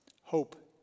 Hope